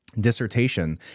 dissertation